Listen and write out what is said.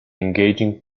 engaging